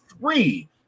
three